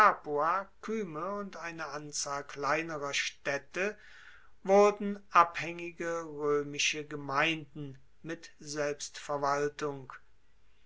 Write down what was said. und eine anzahl kleinerer staedte wurden abhaengige roemische gemeinden mit selbstverwaltung